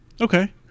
Okay